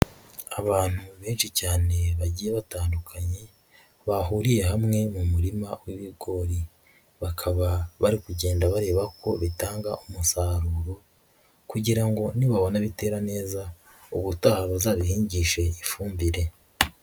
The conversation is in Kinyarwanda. Abantu benshi cyane bagiye batandukanye, bahuriye hamwe mu murima w'ibigori, bakaba bari kugenda bareba ko bitanga umusaruro kugira ngo nibabona bitera neza, ubutaha bazabihingishe ifumbire.